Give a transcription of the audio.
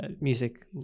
music